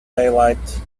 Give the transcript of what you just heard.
daylight